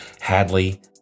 Hadley